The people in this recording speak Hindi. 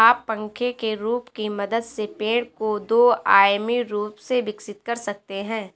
आप पंखे के रूप की मदद से पेड़ को दो आयामी रूप से विकसित कर सकते हैं